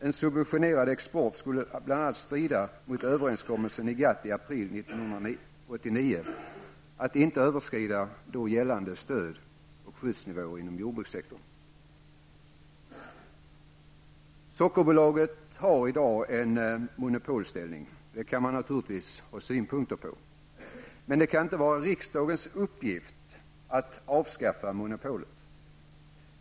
En subventionerad export skulle bl.a. strida mot överenskommelsen i GATT i april 1989 om att inte överskrida då gällande stöd och skyddsnivåer inom jordbrukssektorn. Sockerbolaget har i dag en monopolställning. Detta kan man naturligtvis ha synpunkter på, men det kan inte vara riksdagens uppgift att avskaffa monopolet.